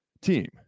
team